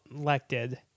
elected